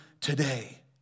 today